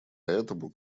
этому